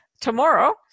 tomorrow